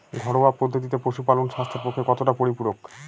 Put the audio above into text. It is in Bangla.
ঘরোয়া পদ্ধতিতে পশুপালন স্বাস্থ্যের পক্ষে কতটা পরিপূরক?